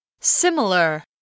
similar